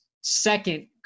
second